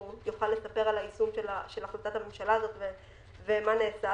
הוא יוכל לספר על היישום של החלטת הממשלה הזאת ומה נעשה.